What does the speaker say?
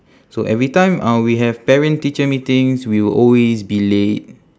so every time uh we have parent teacher meetings we will always be late